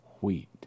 wheat